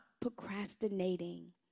procrastinating